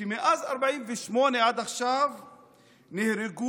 מאז 48' עד עכשיו נהרגו